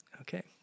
Okay